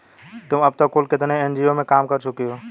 तुम अब तक कुल कितने एन.जी.ओ में काम कर चुकी हो?